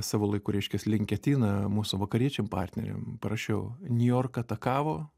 savo laiku reiškias linketina mūsų vakariečiam partneriam parašiau niujorką atakavo